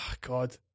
god